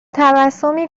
تبسمی